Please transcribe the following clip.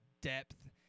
depth